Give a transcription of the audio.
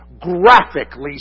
graphically